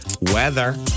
weather